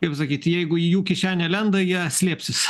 kaip sakyt jeigu į jų kišenę lenda jie slėpsis